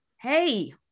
hey